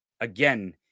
again